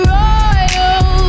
royal